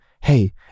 hey